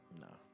No